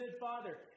father